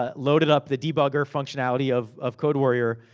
ah loaded up the debugger functionality of of code warrior,